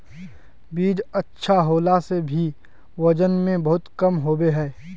बीज अच्छा होला से भी वजन में बहुत कम होबे है?